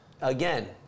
again